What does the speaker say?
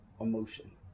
emotion